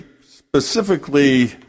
specifically